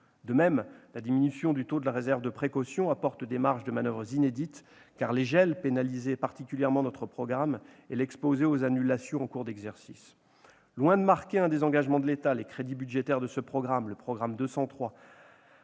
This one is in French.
De même, la diminution du taux de la réserve de précaution apporte des marges de manoeuvre inédites, car les gels pénalisaient particulièrement notre programme et l'exposaient aux annulations en cours d'exercice. Loin de marquer un désengagement de l'État, les crédits budgétaires du programme 203